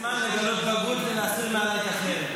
זה הזמן לגלות בגרות ולהסיר --- את החרב.